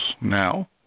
now